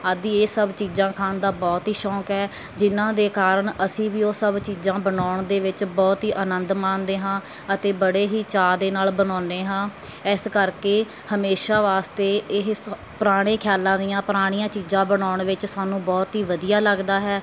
ਆਦਿ ਇਹ ਸਭ ਚੀਜ਼ਾਂ ਖਾਣ ਦਾ ਬਹੁਤ ਹੀ ਸ਼ੌਕ ਹੈ ਜਿਹਨਾਂ ਦੇ ਕਾਰਨ ਅਸੀਂ ਵੀ ਉਹ ਸਭ ਚੀਜ਼ਾਂ ਬਣਾਉਣ ਦੇ ਵਿੱਚ ਬਹੁਤ ਹੀ ਅਨੰਦ ਮਾਣਦੇ ਹਾਂ ਅਤੇ ਬੜੇ ਹੀ ਚਾਅ ਦੇ ਨਾਲ ਬਣਾਉਂਦੇ ਹਾਂ ਇਸ ਕਰਕੇ ਹਮੇਸ਼ਾ ਵਾਸਤੇ ਇਹ ਸ ਪੁਰਾਣੇ ਖਿਆਲਾਂ ਦੀਆਂ ਪੁਰਾਣੀਆਂ ਚੀਜ਼ਾਂ ਬਣਾਉਣ ਵਿੱਚ ਸਾਨੂੰ ਬਹੁਤ ਹੀ ਵਧੀਆ ਲੱਗਦਾ ਹੈ